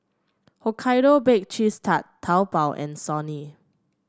Hokkaido Baked Cheese Tart Taobao and Sony